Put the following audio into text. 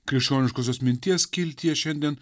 krikščioniškosios minties skiltyje šiandien